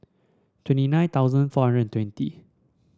twenty nine thousand four hundred and twenty